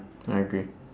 I agree